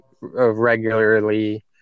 regularly